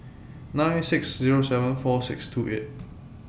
nine six Zero seven four six two eight